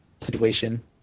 situation